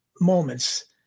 moments